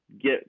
get